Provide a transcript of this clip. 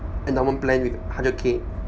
and normal plan with hundred K